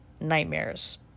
nightmares